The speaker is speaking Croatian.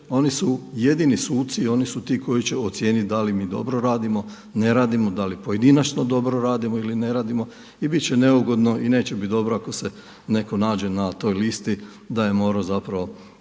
oni su jedini suci i oni su ti koji će ocijeniti da li mi dobro radimo, ne radimo, da li pojedinačno dobro radimo ili ne radimo i biti će neugodno i neće biti dobro ako se netko nađe na toj listi da je morao zapravo